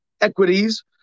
equities